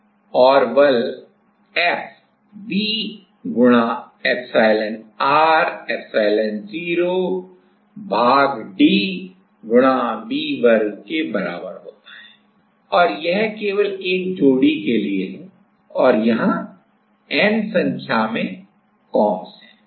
और बल F b गुणा epsilon r epsilon0 भाग d गुणा V वर्ग के बराबर होता है और यह केवल एक जोड़ी के लिए है और यहां n संख्या में कॉम्ब्स हैं